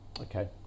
Okay